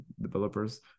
developers